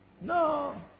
No